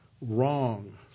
wrong